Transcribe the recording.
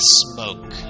smoke